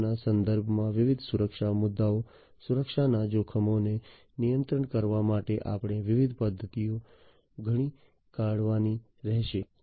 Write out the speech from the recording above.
0 ના સંદર્ભમાં વિવિધ સુરક્ષા મુદ્દાઓ સુરક્ષાના જોખમોને નિયંત્રિત કરવા માટે આપણે વિવિધ પદ્ધતિઓ ઘડી કાઢવાની રહેશે